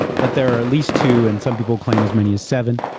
but there are at least two, and some people claim as many as seven,